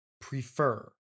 prefer